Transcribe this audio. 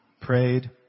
prayed